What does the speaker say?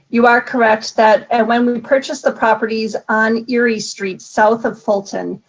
you are correct that ah when we purchased the properties on erie street south of fulton,